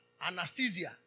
anesthesia